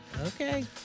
Okay